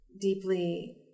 deeply